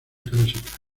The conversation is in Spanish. clásica